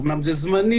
אמנם זה זמני,